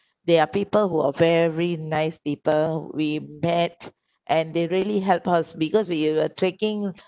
there are people who are very nice people we met and they really help us because we uh are taking